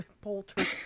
poultry